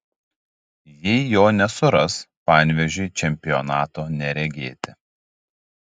jei jo nesuras panevėžiui čempionato neregėti